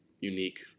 unique